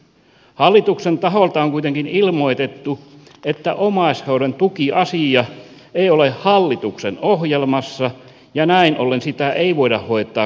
hallituksen taholta on kuitenkin ilmoitettu että omaishoidon tukiasia ei ole hallituksen ohjelmassa ja näin ollen sitä ei voida hoitaa kuntoon